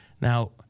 Now